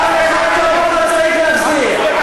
את צריכה להחזיר את תעודת הזהות.